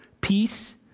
peace